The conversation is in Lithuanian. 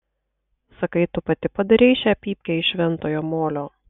sakai tu pati padarei šią pypkę iš šventojo molio